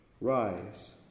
rise